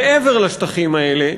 מעבר לשטחים האלה,